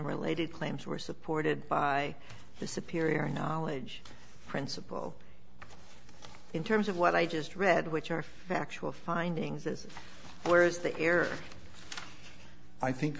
related claims were supported by the superior knowledge principle in terms of what i just read which are factual findings is where is the error i think